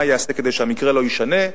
מה ייעשה כדי שהמקרה לא יישנה.